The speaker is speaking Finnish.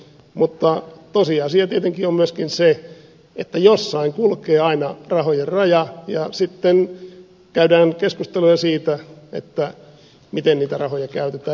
mutta tosiasia tietenkin on myöskin se että jossain kulkee aina rahojen raja ja sitten käydään keskusteluja siitä miten niitä rahoja käytetään